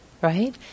right